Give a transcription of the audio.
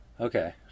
Okay